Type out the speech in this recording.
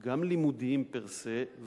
גם לימודיים פר-סה,